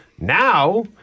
Now